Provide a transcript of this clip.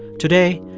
today,